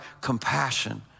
compassion